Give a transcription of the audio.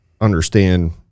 understand